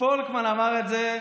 פולקמן אמר את זה.